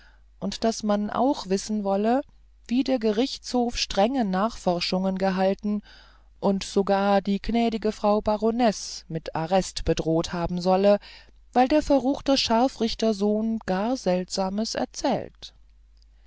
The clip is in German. und daß man auch wissen wolle wie der gerichtshof strenge nachforschung gehalten und sogar die gnädige frau baronesse mit arrest bedroht haben solle weil der verruchte scharfrichtersohn gar seltsames erzählt